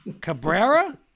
Cabrera